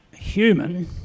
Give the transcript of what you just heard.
human